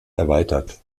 erweitert